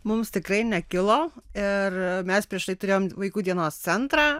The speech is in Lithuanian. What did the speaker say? mums tikrai nekilo ir mes prieš tai turėjom vaikų dienos centrą